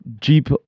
Jeep